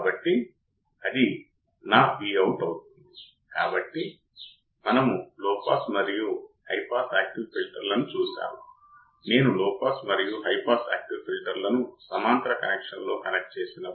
కాబట్టి నా సగటు ఇన్పుట్ బయాస్ కరెంట్ను నేను ఈ విధంగా కనుగొనగలను ఇప్పుడు మరో పదాన్ని చూద్దాం మనం ఇప్పటివరకు చూసినవి ఇన్పుట్ ఆఫ్సెట్ వోల్టేజ్ అప్పుడు మనం ఇన్పుట్ బయాస్ కరెంట్ చూశాము